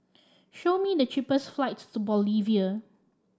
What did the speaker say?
show me the cheapest flights to Bolivia